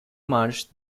manage